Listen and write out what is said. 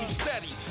steady